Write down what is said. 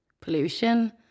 pollution